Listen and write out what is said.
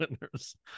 winners